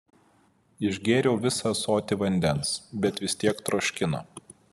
išgėriau visą ąsotį vandens bet vis tiek troškino